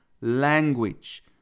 language